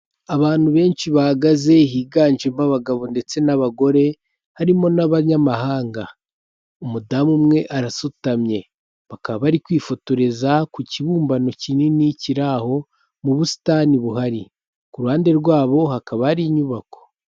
Abantu benshi bahagaze higanjemo abagabo ndetse n'abagore harimo n'abanyamahanga, umudamu umwe arasutamye, bakaba bari kwifotoreza ku kibumbano kinini kiri aho mu busitani buhari, ku ruhande rw'abo hakaba hari inyubako.